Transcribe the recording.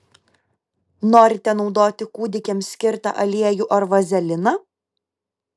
norite naudoti kūdikiams skirtą aliejų ar vazeliną